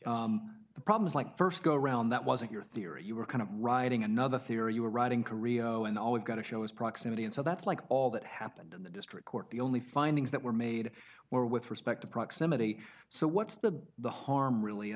here the problems like st go around that wasn't your theory you were kind of riding another theory you were right in korea and all we've got to show is proximity and so that's like all that happened in the district court the only findings that were made were with respect to proximity so what's the harm really